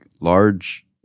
large